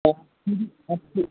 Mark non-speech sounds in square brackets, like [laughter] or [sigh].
[unintelligible]